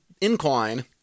incline